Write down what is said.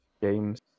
games